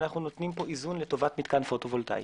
אנחנו נותנים פה איזון לטובת מתקן פוטו וולטאי.